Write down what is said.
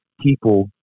people